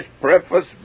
preface